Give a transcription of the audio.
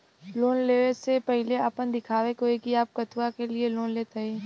Loan ले वे से पहिले आपन दिखावे के होई कि आप कथुआ के लिए लोन लेत हईन?